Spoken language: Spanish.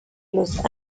los